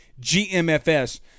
GMFS